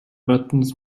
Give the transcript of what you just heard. buttons